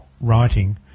writing